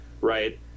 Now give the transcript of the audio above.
right